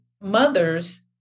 mothers